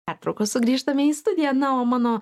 pertraukos sugrįžtame į studiją na o mano